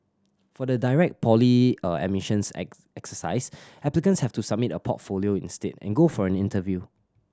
for the direct admissions exercise applicants have to submit a portfolio instead and go for an interview